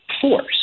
force